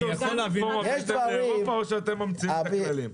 אתם סגרתם לפי אירופה או שאתם ממציאים את הכללים?